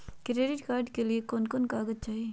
Credit card के लिए कौन कागज चाही?